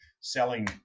selling